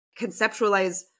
conceptualize